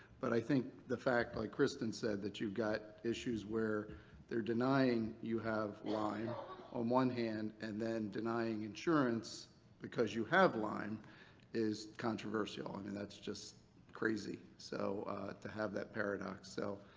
but i think the fact, like kristen said, that you've got issues where they're denying you have lyme on one hand and then denying insurance because you have lyme is controversial. i mean that's just crazy so to have that paradox. so,